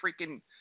freaking